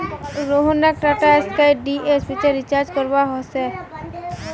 रोहनक टाटास्काई डीटीएचेर रिचार्ज करवा व स छेक